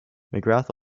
mcgrath